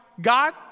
God